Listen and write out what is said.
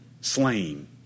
slain